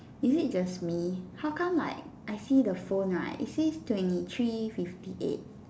is it just me how come like I see the phone right it says twenty three fifty right